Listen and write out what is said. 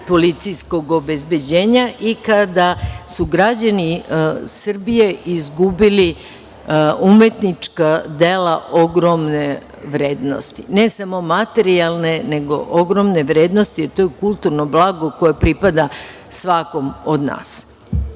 policijskog obezbeđenja i kada su građani Srbije izgubili umetnička dela ogromne vrednosti, ne samo materijalne nego ogromne vrednosti. To je kulturno blago koje pripada svakom od nas. Dok